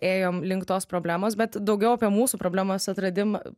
ėjom link tos problemos bet daugiau apie mūsų problemos atradimą